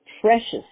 precious